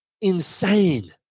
insane